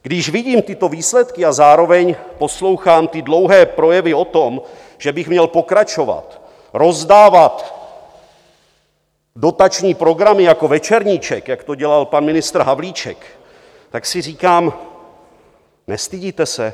Když vidím tyto výsledky a zároveň poslouchám ty dlouhé projevy o tom, že bych měl pokračovat, rozdávat dotační programy jako Večerníček, jak to dělal pan ministr Havlíček, tak si říkám: Nestydíte se?